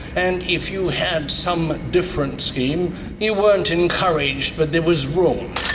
and if you had some different scheme you weren't encouraged but there was room.